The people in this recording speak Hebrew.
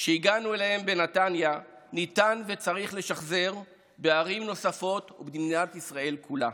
שהגענו אליהם בנתניה ניתן וצריך לשחזר בערים נוספות במדינת ישראל כולה.